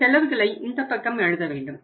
இந்த செலவுகளை இந்தப் பக்கம் எழுத வேண்டும்